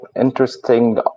interesting